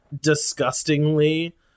disgustingly